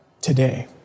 today